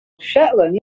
Shetland